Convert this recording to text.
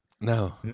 No